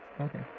Okay